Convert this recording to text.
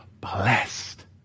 blessed